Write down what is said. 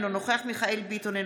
אינו נוכח מיכאל מרדכי ביטון,